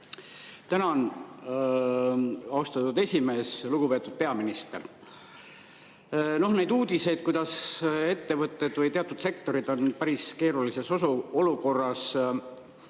Tänan, austatud esimees! Lugupeetud peaminister! Uudiseid, kuidas ettevõtted või teatud sektorid on päris keerulises olukorras,